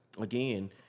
again